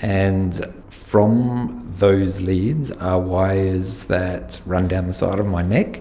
and from those leads are wires that run down the side of my neck